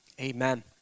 Amen